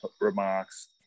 remarks